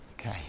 Okay